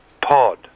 pod